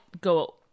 go